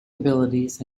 abilities